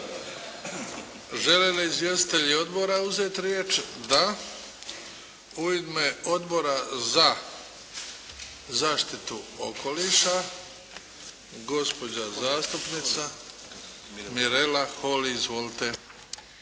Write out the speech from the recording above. Žele li izvjestitelji odbora uzeti riječ? Da. U ime Odbora za zaštitu okoliša gospođa zastupnica Mirela Holy. Izvolite.